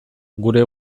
gure